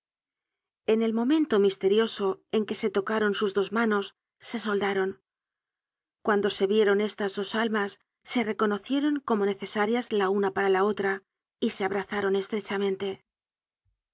ea el momento misterioso en que se tocaron sus dos manos se soldaron cuando se vieron estas dos almas se reconocieron como necesarias la una para la otra y se abrazaron